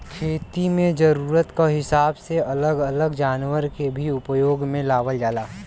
खेती में जरूरत क हिसाब से अलग अलग जनावर के भी उपयोग में लावल जाला